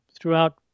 throughout